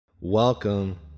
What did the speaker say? Welcome